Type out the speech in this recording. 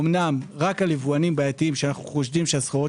אומנם רק על יבואנים בעייתיים שאנו חושדים שהסחורות